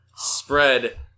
Spread